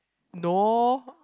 no